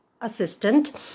assistant